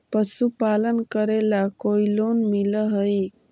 पशुपालन करेला कोई लोन मिल हइ?